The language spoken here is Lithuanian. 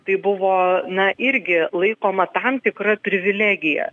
tai buvo na irgi laikoma tam tikra privilegija